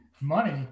money